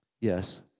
Yes